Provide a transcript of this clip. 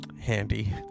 Handy